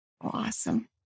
Awesome